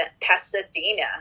Pasadena